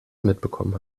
mitbekommen